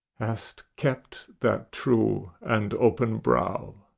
hast kept that true and open brow?